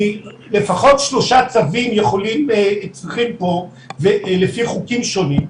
לפחות שלושה צווים צריכים פה לפי חוקים שונים,